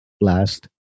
Last